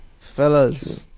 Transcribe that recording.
Fellas